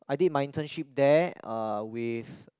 I did my internship there uh with